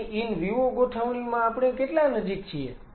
તેની in vivo ગોઠવણીમાં આપણે કેટલા નજીક છીએ